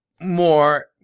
more